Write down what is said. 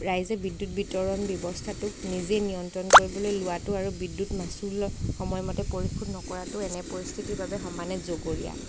ৰাইজে বিদ্যুৎ বিতৰণ ব্যৱস্থাটোক নিজে নিয়ন্ত্ৰণ কৰিবলৈ লোৱাটো আৰু বিদ্যুত মাচুল সময়মতে পৰিশোধ নকৰাটো এনে পৰিস্থিতিৰ বাবে সমানে জগৰীয়া